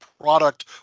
product